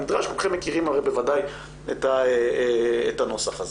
המדרש, כולכם מכירים הרי בוודאי את הנוסח הזה.